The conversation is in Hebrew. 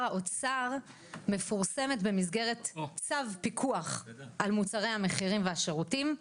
האוצר מפורסמת במסגרת צו פיקוח על מחירים המוצרים והשירותים,